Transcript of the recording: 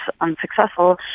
unsuccessful